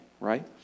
right